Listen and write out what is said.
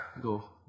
Go